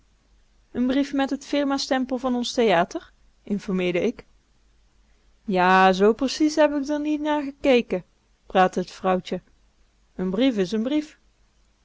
n brief met t firmastempel van ons theater informeerde ik ja zoo precies heb ik d'r niet na gekeken praatte t vrouwtje n brief is n brief